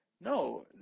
No